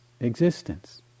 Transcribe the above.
existence